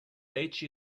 age